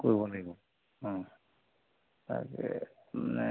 কৰিব লাগিব তাকে নে